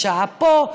יש שעה פה,